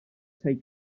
sei